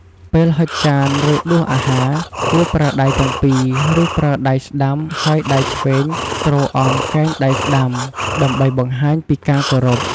ពេលហុចចាន ឬដួសអាហារ គួរប្រើដៃទាំងពីរ ឬប្រើដៃស្តាំហើយដៃឆ្វេងទ្រអមកែងដៃស្តាំ ដើម្បីបង្ហាញពីការគោរព។